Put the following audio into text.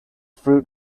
fruit